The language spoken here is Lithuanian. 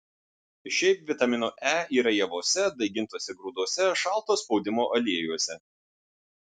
šiaip vitamino e yra javuose daigintuose grūduose šalto spaudimo aliejuose